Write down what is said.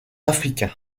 africain